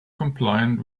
compliant